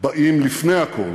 באים לפני הכול,